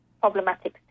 problematic